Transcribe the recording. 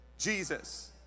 Jesus